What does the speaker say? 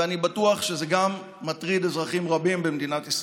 ואני בטוח שזה מטריד גם אזרחים רבים במדינת ישראל.